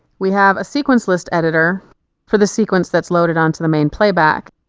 we have a sequence list editor for the sequence that's loaded onto the main playback,